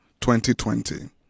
2020